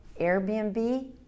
Airbnb